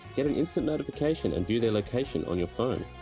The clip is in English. get an instant notification and view their location on your phone.